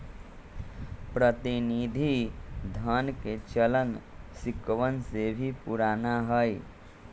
प्रतिनिधि धन के चलन सिक्कवन से भी पुराना हई